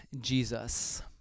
Jesus